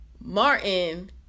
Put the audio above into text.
Martin